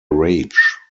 rage